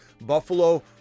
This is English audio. Buffalo